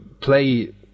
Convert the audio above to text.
play